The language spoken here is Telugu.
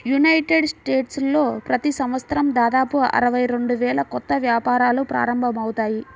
యునైటెడ్ స్టేట్స్లో ప్రతి సంవత్సరం దాదాపు అరవై రెండు వేల కొత్త వ్యాపారాలు ప్రారంభమవుతాయి